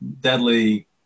deadly